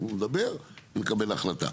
אנחנו נדבר ונקבל החלטה.